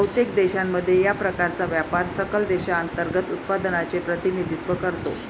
बहुतेक देशांमध्ये, या प्रकारचा व्यापार सकल देशांतर्गत उत्पादनाचे प्रतिनिधित्व करतो